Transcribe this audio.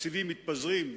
התקציבים מתפזרים,